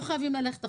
אני חושב שאת